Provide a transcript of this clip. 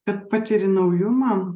bet patiri naujumą